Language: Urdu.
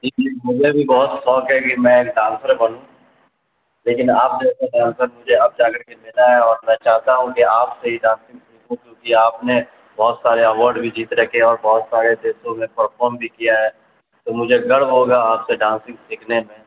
جی مجھے بھی بہت شوق ہے کہ میں ایک ڈانسر بنوں لیکن آپ جیسا ڈانسر مجھے اب جا کر کے ملا ہے اور میں چاہتا ہوں کہ آپ سے ہی ڈانسنگ سیکھوں کیونکہ آپ نے بہت سارے ایوارڈ بھی جیت رکھے اور بہت سارے دیسوں میں پرفارام بھی کیا ہے تو مجھے گرو ہوگا آپ سے ڈانسنگ سیکھنے میں